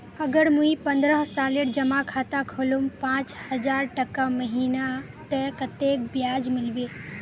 अगर मुई पन्द्रोह सालेर जमा खाता खोलूम पाँच हजारटका महीना ते कतेक ब्याज मिलबे?